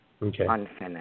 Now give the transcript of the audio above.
unfinished